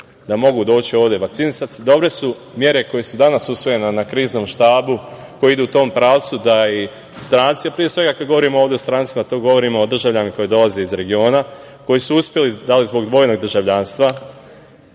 da mogu doći ovde i vakcinisati se. Dobre su mere koje su danas usvojene na Kriznom štabu, a koje idu u tom pravcu da i stranci, kada govorimo o strancima, tu govorimo o državljanima koji dolaze iz regiona, koji su uspeli da li zbog dvojnog državljanstva